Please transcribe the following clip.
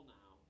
now